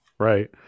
Right